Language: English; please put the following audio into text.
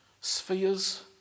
spheres